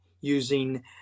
using